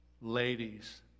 ladies